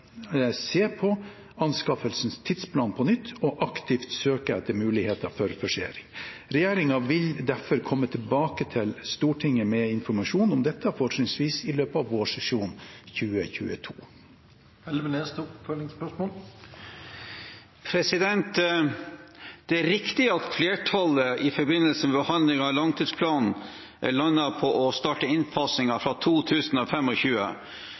se på anskaffelsens tidsplan på nytt og aktivt søke etter muligheter for å forsere den. Regjeringen vil derfor komme tilbake til Stortinget med informasjon om dette – fortrinnsvis i løpet av vårsesjonen 2022. Det er riktig at flertallet i forbindelse med behandling av langtidsplanen landet på å starte innfasingen fra 2025, men nå er det et annet flertall i Stortinget, og